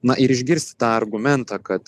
na ir išgirsti argumentą kad